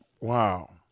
Wow